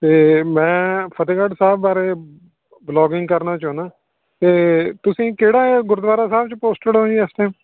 ਅਤੇ ਮੈਂ ਫਤਿਹਗੜ੍ਹ ਸਾਹਿਬ ਬਾਰੇ ਵਲੋਗਿੰਗ ਕਰਨਾ ਚਾਹੁੰਦਾ ਅਤੇ ਤੁਸੀਂ ਕਿਹੜਾ ਆ ਗੁਰਦੁਆਰਾ ਸਾਹਿਬ 'ਚ ਪੋਸਟਡ ਹੋ ਜੀ ਇਸ ਟਾਇਮ